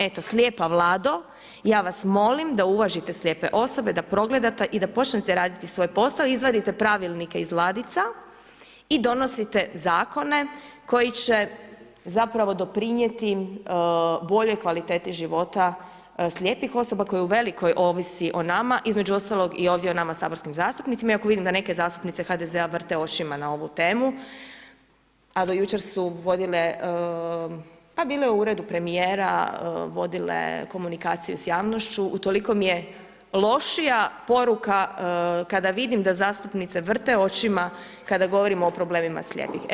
Eto, slijepa Vlado, ja vas molim da uvažite slijepe osobe, da progledate i da počnete raditi svoj posao, izvadite pravilnike iz ladica i donosite zakone koji će zapravo doprinijeti boljoj kvaliteti života slijepih osoba kojoj u velikoj ovisi o nama, između ostalog i ovdje o nama saborskim zastupnicima iako vidim da neke zastupnice HDZ-a vrte očima na ovu temu, a do jučer su vodile, pa bile u uredu premijera, vodile komunikacije s javnošću, utoliko im je lošija poruka kada vidim da zastupnice vrte očima, kada govorimo o problemima slijepih.